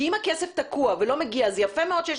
כי אם הכסף תקוע ולא מגיע אז יפה מאוד שיש